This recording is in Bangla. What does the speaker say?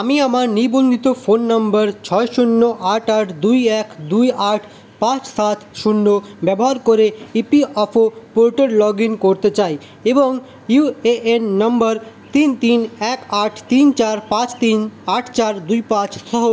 আমি আমার নিবন্ধিত ফোন নাম্বার ছয় শূন্য আট আট দুই এক দুই আট পাঁচ সাত শূন্য ব্যবহার করে E P F O portal log in করতে চাই এবং ইউ এ এন নম্বর তিন তিন এক আট তিন চার পাঁচ তিন আট চার দুই পাঁচ সহ